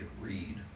read